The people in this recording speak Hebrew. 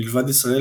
מלבד ישראל,